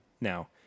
now